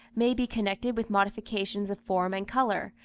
may be connected with modifications of form and colour,